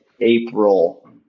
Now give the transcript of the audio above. April